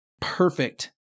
perfect